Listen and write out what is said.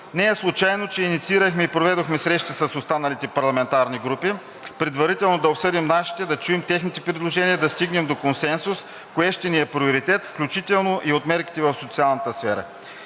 Не е случайно, че инициирахме и проведохме срещи с останалите парламентарни групи предварително да обсъдим нашите, да чуем техните предложения, да стигнем до консенсус кое ще ни е приоритет, включително и от мерките в социалната сфера.